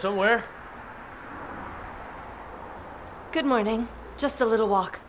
somewhere good morning just a little walk